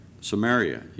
Samaria